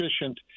efficient